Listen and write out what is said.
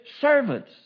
servants